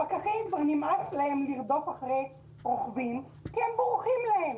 לפקחים נמאס לרדוף אחרי רוכבים כי הם בורחים להם.